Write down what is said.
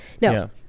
No